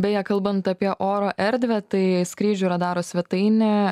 beje kalbant apie oro erdvę tai skrydžių radaro svetainė